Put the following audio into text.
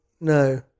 no